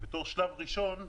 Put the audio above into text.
בתור שלב ראשון אמרנו: